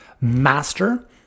Master